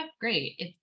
great